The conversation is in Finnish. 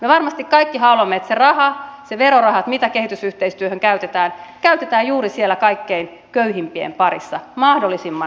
me varmasti kaikki haluamme että se raha se veroraha mitä kehitysyhteistyöhön käytetään käytetään juuri siellä kaikkein köyhimpien parissa mahdollisimman tehokkaasti